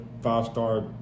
five-star